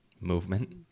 movement